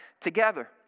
together